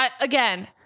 again